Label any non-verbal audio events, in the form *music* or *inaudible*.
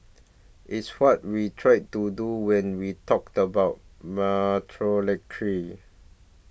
it's what we try to do when we talked about *unintelligible*